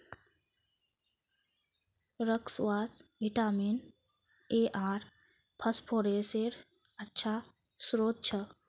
squash vitamin A आर फस्फोरसेर अच्छा श्रोत छ